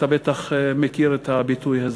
אתה בטח מכיר את הביטוי הזה.